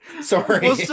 sorry